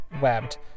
Webbed